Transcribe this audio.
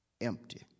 empty